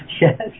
yes